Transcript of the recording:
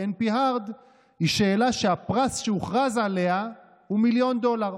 NP-hard היא שאלה שהפרס שהוכרז עליה הוא מיליון דולר.